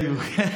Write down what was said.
בדיוק.